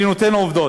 אני נותן עובדות.